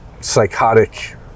psychotic